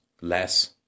less